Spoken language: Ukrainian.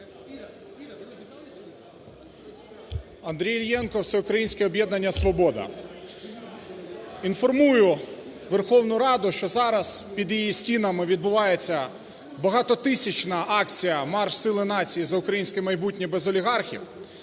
Андрій Іллєнко, Всеукраїнське об'єднання "Свобода". Інформую Верховну Раду, що зараз під її стінами відбувається багатотисячна акція "Марш сили нації за українське майбутнє без олігархів",